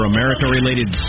America-related